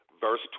verse